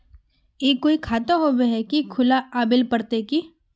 ई कोई खाता होबे है की खुला आबेल पड़ते की?